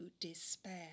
despair